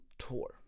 tour